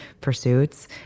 pursuits